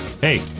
Hey